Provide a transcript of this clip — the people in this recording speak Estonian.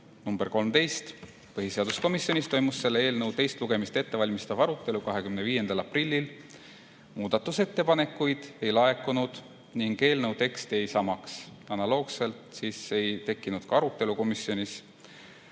nr 13. Põhiseaduskomisjonis toimus selle eelnõu teist lugemist ette valmistav arutelu 25. aprillil. Muudatusettepanekuid ei laekunud ning eelnõu tekst jäi samaks. Analoogselt ei tekkinud ka arutelu komisjonis.